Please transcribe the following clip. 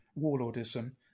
warlordism